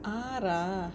ah